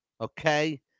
Okay